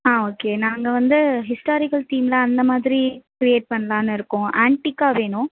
ஆ okay நாங்கள் வந்து historical தீமில் அந்த மாதிரி க்ரியேட் பண்ணலான்னு இருக்கோம் ஆன்டிக்காக வேணும்